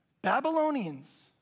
Babylonians